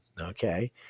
Okay